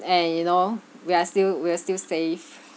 and you know we are still we're still safe